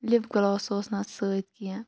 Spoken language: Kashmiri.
لِپ گلوس اوس نہٕ اتھ سۭتۍ کیٚنٛہہ